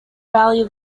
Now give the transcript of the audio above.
valley